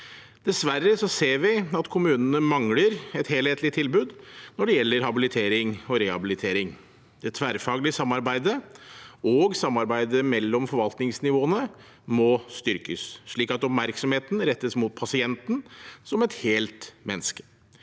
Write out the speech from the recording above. Dessverre ser vi at kommunene mangler et helhetlig tilbud når det gjelder habilitering og rehabilitering. Det tverrfaglige samarbeidet – og samarbeidet mellom forvaltningsnivåene – må styrkes, slik at oppmerksomheten rettes mot pasienten som et helt menneske.